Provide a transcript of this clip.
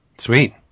Sweet